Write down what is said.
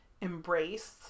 embrace